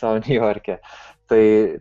sau niujorke tai